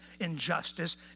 injustice